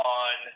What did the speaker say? on